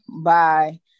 bye